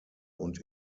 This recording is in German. und